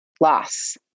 loss